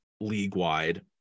league-wide